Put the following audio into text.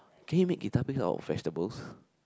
can you make guitar pick out of vegetable